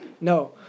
No